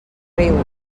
riu